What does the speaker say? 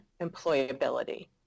employability